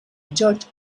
george